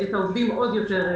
לא מהעובדים ולא מהחברות.